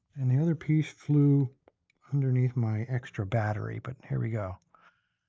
and the other piece flew underneath my extra battery, but and here we go.